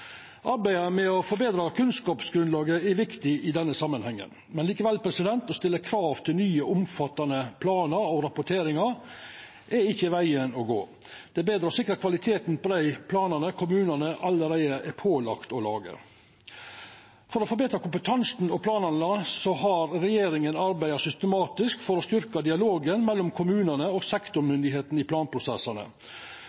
Arbeidet med å forbetra kunnskapsgrunnlaget er viktig i denne samanhengen. Likevel er det å stilla krav til nye, omfattande planar og rapporteringar ikkje vegen å gå. Det er betre å sikra kvaliteten på dei planane kommunane allereie er pålagde å laga. For å forbetra kompetansen og planane har regjeringa arbeidd systematisk for å styrkja dialogen mellom kommunane og